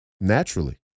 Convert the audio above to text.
Naturally